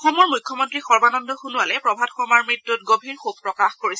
অসমৰ মুখ্যমন্ত্ৰী সৰ্বানন্দ সোণোৱালে প্ৰভাত শৰ্মাৰ মৃত্যুত গভীৰ শোক প্ৰকাশ কৰিছে